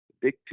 big